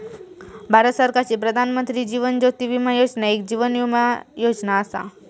भारत सरकारची प्रधानमंत्री जीवन ज्योती विमा योजना एक जीवन विमा योजना असा